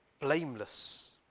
blameless